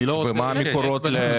אני לא רוצה להתחייב בנקודה הזאת,